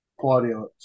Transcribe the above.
Claudio